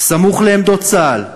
סמוך לעמדות צה"ל,